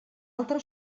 altra